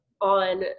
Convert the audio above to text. on